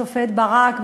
השופט ברק,